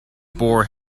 bore